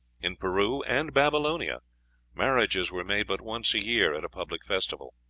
in peru and babylonia marriages were made but once a year, at a public festival.